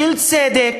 של צדק,